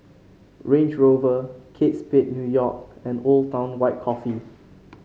Range Rover Kate Spade New York and Old Town White Coffee